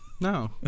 No